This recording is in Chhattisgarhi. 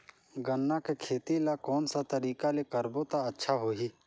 गन्ना के खेती ला कोन सा तरीका ले करबो त अच्छा होही?